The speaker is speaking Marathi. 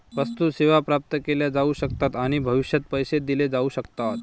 वस्तू, सेवा प्राप्त केल्या जाऊ शकतात आणि भविष्यात पैसे दिले जाऊ शकतात